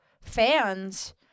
fans